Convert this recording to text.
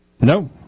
No